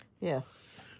Yes